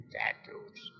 tattoos